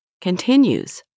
continues